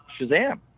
Shazam